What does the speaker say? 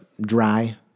dry